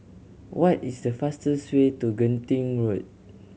what is the fastest way to Genting Road